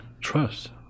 trust